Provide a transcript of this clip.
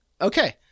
Okay